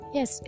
Yes